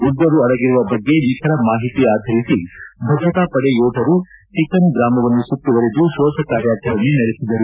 ಉಗ್ರರು ಅಡಗಿರುವ ನಿಖರ ಮಾಹಿತಿ ಆಧಾರಿಸಿ ಭದ್ರತಾ ಪಡೆ ಯೋಧರು ಟಿಕನ್ ಗ್ರಾಮವನ್ನು ಸುತ್ತುವರೆದು ಶೋಧ ಕಾರ್ಯಾಚರಣೆ ನಡೆಸಿದರು